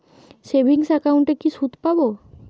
Savings একাউন্টে কি সুদ পাব?